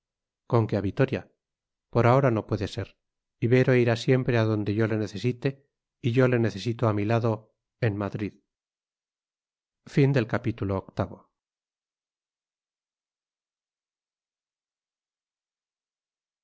con que a vitoria por ahora no puede ser ibero irá siempre a donde yo le necesite y yo le necesito a mi lado en madrid